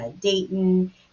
Dayton